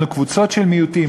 אנחנו קבוצות של מיעוטים,